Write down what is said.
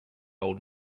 old